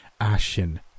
ashen